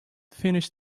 finished